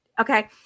Okay